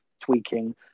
tweaking